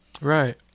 Right